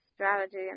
strategy